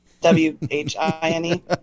W-H-I-N-E